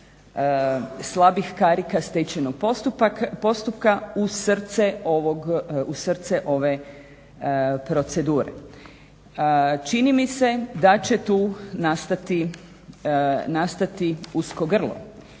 slabih karika stečajnog postupka u srce ove procedure. Čini mi se da će tu nastati usko grlo,